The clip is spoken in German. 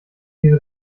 diese